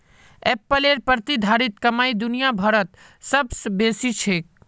एप्पलेर प्रतिधारित कमाई दुनिया भरत सबस बेसी छेक